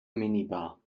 minibar